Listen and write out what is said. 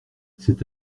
cet